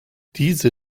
diese